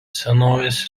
senovės